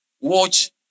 watch